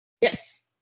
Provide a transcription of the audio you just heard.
Yes